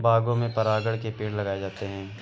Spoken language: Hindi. बागों में परागकण के पेड़ लगाए जाते हैं